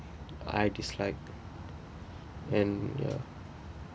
I dislike and ya